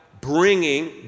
bringing